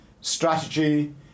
strategy